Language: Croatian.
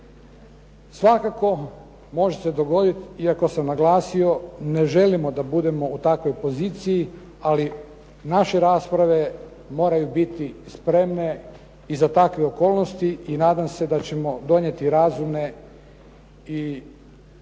Svakako može se dogoditi, iako sam naglasio, ne želimo da budemo u takvoj poziciji, ali naše rasprave moraju biti spremne i za takve okolnosti i nadam se da ćemo dobiti razvojne